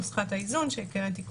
נוסחת האיזון שהקראתי קודם,